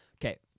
Okay